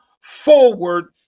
forward